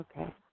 Okay